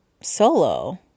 solo